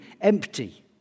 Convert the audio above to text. empty